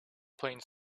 playing